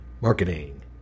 marketing